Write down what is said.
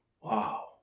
Wow